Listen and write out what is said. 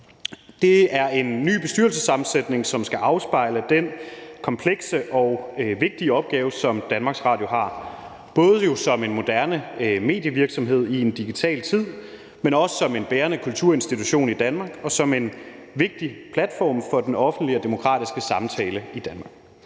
Det er en ny bestyrelsessammensætning, som skal afspejle den komplekse og vigtige opgave, som DR har, både som en moderne medievirksomhed i en digital tid, men også som en bærende kulturinstitution i Danmark og som en vigtig platform for den offentlige og demokratiske samtale i Danmark.